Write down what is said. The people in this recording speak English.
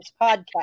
podcast